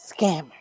Scammer